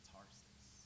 Tarsus